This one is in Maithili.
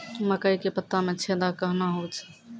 मकई के पत्ता मे छेदा कहना हु छ?